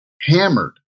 hammered